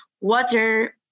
water